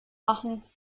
machen